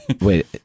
Wait